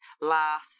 last